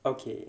okay